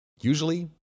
usually